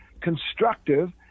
constructive